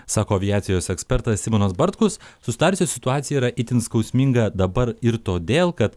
sako aviacijos ekspertas simonas bartkus susidariusi situacija yra itin skausminga dabar ir todėl kad